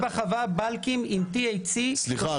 יש לי בחווה באלקים עם THC-30. סליחה,